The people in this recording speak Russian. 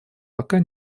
пока